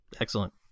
Excellent